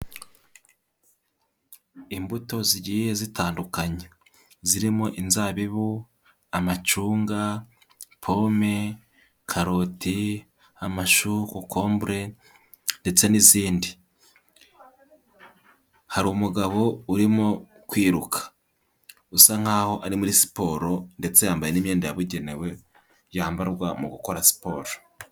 Imbuto zigiye zitandukanya, zirimo inzabibu, amacunga, pome, karoti, amashu, kokombure ndetse n'izindi, hari umugabo urimo kwiruka usa nk'aho ari muri siporo ndetse yambaye n'iyenda yabugenewe yambarwa mu gukora siporo.